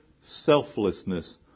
selflessness